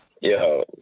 Yo